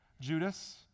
Judas